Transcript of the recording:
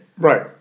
Right